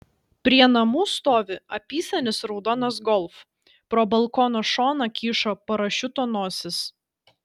prie namų stovi apysenis raudonas golf pro balkono šoną kyšo parašiuto nosis